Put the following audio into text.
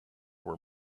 were